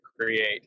create